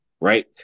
Right